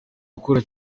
gukora